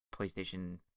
PlayStation